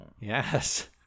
Yes